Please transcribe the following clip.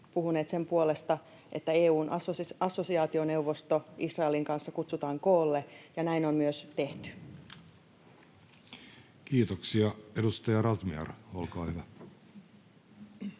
puhuneet sen puolesta, että EU:n assosiaationeuvosto Israelin kanssa kutsutaan koolle, ja näin on myös tehty. Kiitoksia. — Edustaja Razmyar, olkaa hyvä.